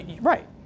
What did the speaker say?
right